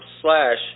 slash